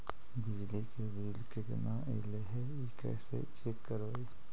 बिजली के बिल केतना ऐले हे इ कैसे चेक करबइ?